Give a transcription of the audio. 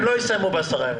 הם לא יסיימו בעשרה ימים.